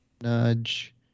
nudge